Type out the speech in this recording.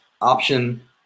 option